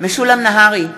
משולם נהרי,